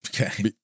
okay